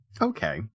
Okay